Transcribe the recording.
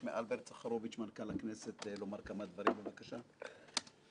אבל מה שאמרתי לחלקכם באופן אישי אני מרגיש צורך להגיד גם פה